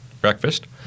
breakfast